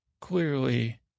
clearly